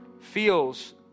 feels